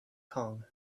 kong